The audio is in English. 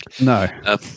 No